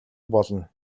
болно